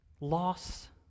Loss